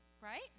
right